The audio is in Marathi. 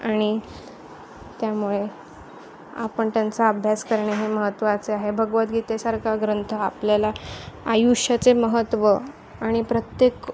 आणि त्यामुळे आपण त्यांचा अभ्यास करणे हे महत्त्वाचे आहे भगवदगीतेसारखा ग्रंथ आपल्याला आयुष्याचे महत्त्व आणि प्रत्येक